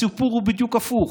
הסיפור הוא בדיוק הפוך: